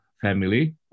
family